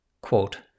Quote